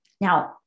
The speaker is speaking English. Now